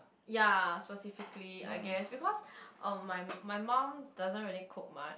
ya specifically I guess because uh my my mum doesn't really cook much